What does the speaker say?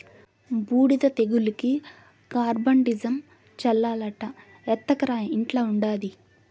బూడిద తెగులుకి కార్బండిజమ్ చల్లాలట ఎత్తకరా ఇంట్ల ఉండాది